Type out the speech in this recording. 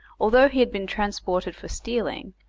although he had been transported for stealing,